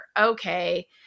okay